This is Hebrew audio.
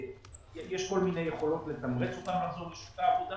יש כל מיני יכולות לתמרץ אותם לחזור לשוק העבודה